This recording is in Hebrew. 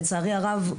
לצערי הרב,